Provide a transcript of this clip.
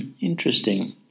interesting